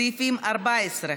סעיפים 14,